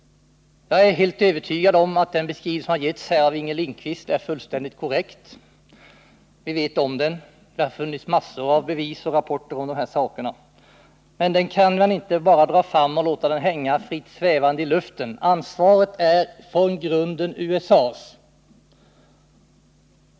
Jag är helt övertygad om att den beskrivning som Inger Lindquist här har givit är fullständigt korrekt. Det har lagts fram massor av bevis och rapporter om förhållandena. Men detta material kan man inte bara dra fram och låta det hänga fritt svävande i luften. Ansvaret är från början USA:s.